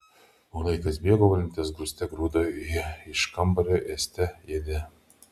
o laikas bėgo valentinas grūste grūdo jį iš kambario ėste ėdė